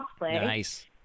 Nice